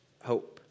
hope